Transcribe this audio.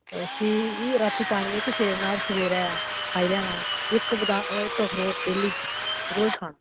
उस्सी बी राती पनियै च सेड़ना सवेरै खाई लैना ओह् इक बदाम इक अखरोट डेह्ली रोज खाना